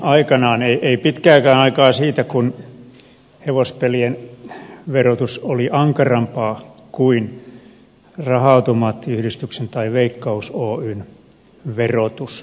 niin ei pitkääkään aikaa siitä kun hevospelien verotus oli ankarampaa kuin raha automaattiyhdistyksen tai veikkaus oyn verotus